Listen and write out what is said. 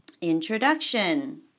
Introduction